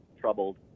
troubled